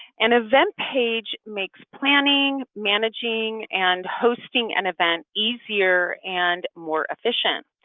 an event page makes planning, managing and hosting an event easier and more efficient.